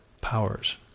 powers